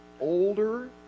older